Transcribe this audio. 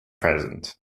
present